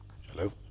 Hello